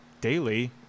daily